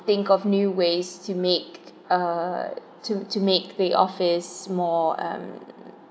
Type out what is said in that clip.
think of new ways to make uh to to make the office more um